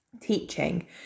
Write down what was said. teaching